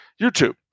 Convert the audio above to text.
YouTube